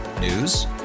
News